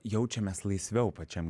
jaučiamės laisviau pačiam